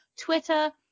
Twitter